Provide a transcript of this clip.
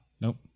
Nope